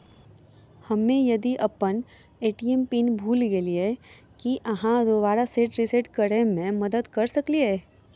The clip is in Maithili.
हम्मे यदि अप्पन ए.टी.एम पिन भूल गेलियै, की अहाँ दोबारा सेट रिसेट करैमे मदद करऽ सकलिये?